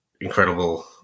incredible